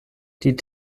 die